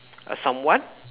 someone